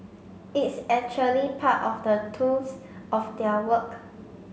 it's actually part of the tools of their work